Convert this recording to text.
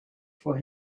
for